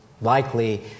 Likely